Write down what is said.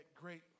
great